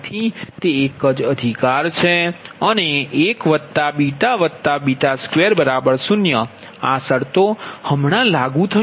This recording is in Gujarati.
તેથી તે એક જ અધિકાર છે અને 1 β 2 0 આ શરતો હમણાં લાગુ થશે